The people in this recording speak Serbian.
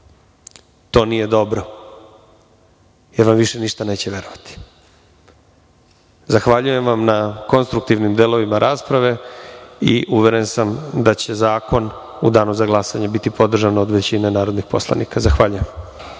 to nije dobro jer vam više ništa neće verovati. Zahvaljujem vam na konstruktivnim delovima rasprave i uveren sam da će zakon u danu za glasanje biti podržan od većine narodnih poslanika. Zahvaljujem.